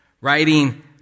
writing